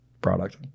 product